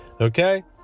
Okay